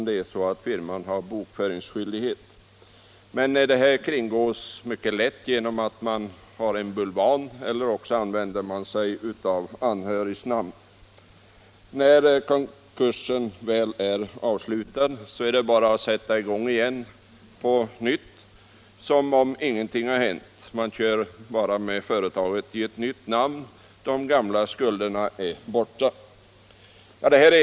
Detta kringgås genom att man använder bulvan eller anhörigs namn. När konkursen väl är avslutad, är det bara att sätta i gång igen som om ingenting hänt. Man har nytt namn på företaget. De gamla skulderna är borta.